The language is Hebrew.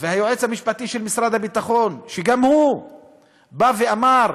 והיועץ המשפטי של משרד הביטחון, גם הוא בא ואמר: